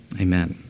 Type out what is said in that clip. amen